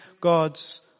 God's